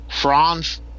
France